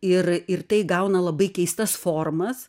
ir ir tai įgauna labai keistas formas